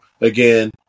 again